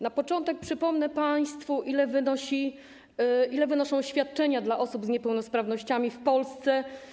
Na początek przypomnę państwu, ile wynoszą świadczenia dla osób z niepełnosprawnościami w Polsce.